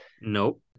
Nope